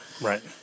right